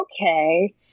okay